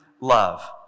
love